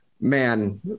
man